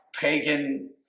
pagan